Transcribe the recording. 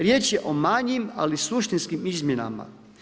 Riječ je o manjim ali suštinskim izmjenama.